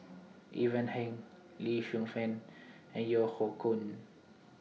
Ivan Heng Lee Shu Fen and Yeo Hoe Koon